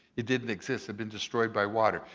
it didn't exist. it'd been destroyed by water.